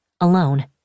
alone